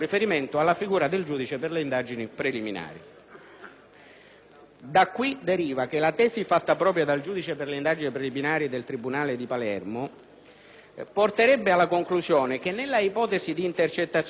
Da ciò deriva che la tesi fatta propria dal giudice per le indagini preliminari presso il tribunale di Palermo porterebbe alla conclusione che, nelle ipotesi di intercettazioni disposte per la ricerca del latitante da un giudice diverso,